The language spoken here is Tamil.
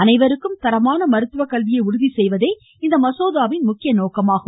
அனைவருக்கும் தரமான மருத்துவ கல்வியை உறுதி செய்வதே இம்மசோதாவின் முக்கிய நோக்கமாகும்